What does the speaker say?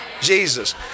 Jesus